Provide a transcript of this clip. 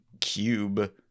Cube